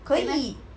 可以